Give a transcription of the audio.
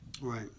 Right